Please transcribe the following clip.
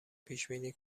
پیشبینی